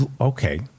okay